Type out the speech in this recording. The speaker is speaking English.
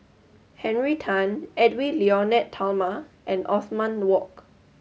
Henry Tan Edwy Lyonet Talma and Othman Wok